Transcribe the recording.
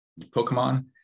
Pokemon